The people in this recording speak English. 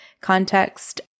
context